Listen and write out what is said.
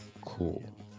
cool